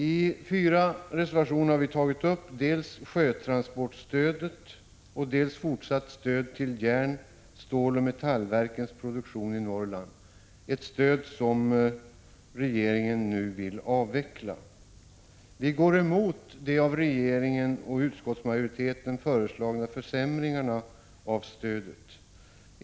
I fyra reservationer har vi tagit upp dels ett sjötransportstöd, dels ett fortsatt stöd till järn-, ståloch metallverkens produktion i Norrland, ett stöd som regeringen nu vill avveckla. Vi går emot de av regeringen och utskottsmajoriteten föreslagna försämringarna av stödet.